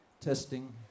Testing